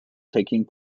taking